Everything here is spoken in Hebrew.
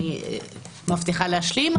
אני מבטיחה להשלים,